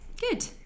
Good